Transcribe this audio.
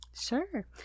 Sure